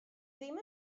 ddim